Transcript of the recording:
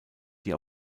die